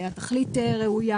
התכלית ראויה,